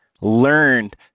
learned